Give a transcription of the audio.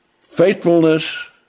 faithfulness